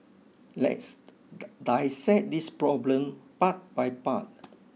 let's dissect this problem part by part